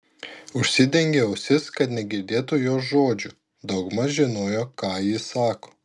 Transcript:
užsidengė ausis kad negirdėtų jos žodžių daugmaž žinojo ką ji sako